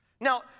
now